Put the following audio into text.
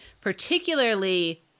particularly